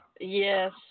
yes